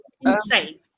Insane